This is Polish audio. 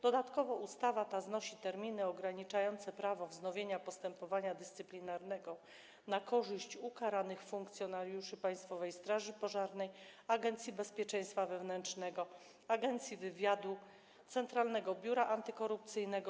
Dodatkowo ustawa ta znosi terminy ograniczające prawo wznowienia postępowania dyscyplinarnego na korzyść ukaranych funkcjonariuszy Państwowej Straży Pożarnej, Agencji Bezpieczeństwa Wewnętrznego, Agencji Wywiadu, Centralnego Biura Antykorupcyjnego,